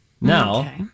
Now